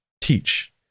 teach